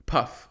Puff